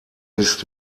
ist